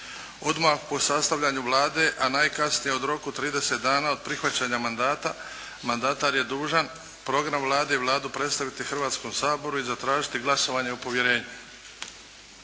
Odmah po sastavljanju Vlade a najkasnije u roku 30 dana od prihvaćanja mandata mandatar je dužan program Vlade i Vladu predstaviti Hrvatskom saboru i zatražiti glasovanje o povjerenju.